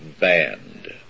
banned